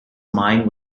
mind